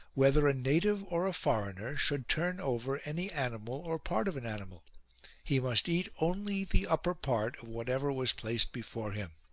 whether a native or a foreigner, should turn over any animal or part of an animal he must eat only the upper part of whatever was placed before him.